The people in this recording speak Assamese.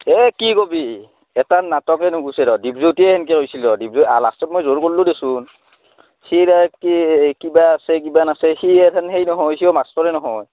এই কি ক'বি এটাৰ নাটকে নুগুছে ৰ দ্বীপজ্যোতিয়ে সেনকে হৈছিল ৰ দ্বীপজ্যোতি লাষ্টত মই জোৰ কৰলোঁ দেচোন সি নাই কি কিবা আছে কিবা নাছে সি হেই এথেন সেই নহয় সিও মাষ্টৰে নহয়